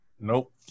Nope